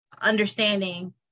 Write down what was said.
understanding